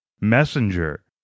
messenger